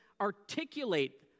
articulate